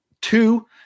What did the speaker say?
Two